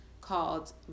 called